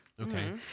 Okay